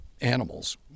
animals